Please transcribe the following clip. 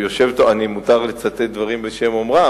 מותר לצטט דברים בשם אומרם?